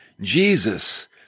Jesus